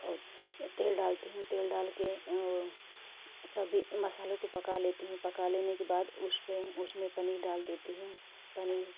और तेल डालती हूँ तेल डाल के सभी मसालों को पका लेती हूँ पका लेने के बाद उसमें उसमें पनीर डाल देती हूँ पनीर